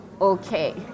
Okay